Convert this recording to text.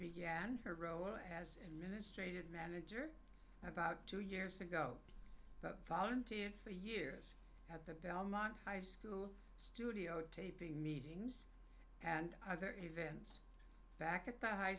began her role as an ministration manager about two years ago but volunteered for years at the belmont high school studio taping meetings and other events back at the high